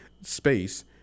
space